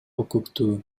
укуктуу